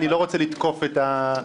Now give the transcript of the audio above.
אני לא רוצה לתקוף את הנציגים החרדים.